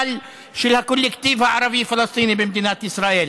של הקולקטיב הערבי-פלסטיני במדינת ישראל.